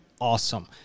awesome